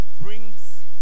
brings